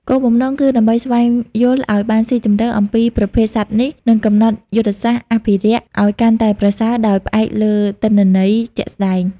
គោលបំណងគឺដើម្បី ស្វែងយល់ឲ្យបានស៊ីជម្រៅ អំពីប្រភេទសត្វនេះ និងកំណត់ យុទ្ធសាស្ត្រអភិរក្សឲ្យកាន់តែប្រសើរ ដោយផ្អែកលើទិន្នន័យជាក់ស្តែង។